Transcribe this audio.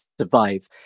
survive